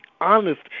honest